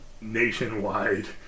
nationwide